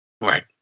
Right